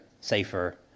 safer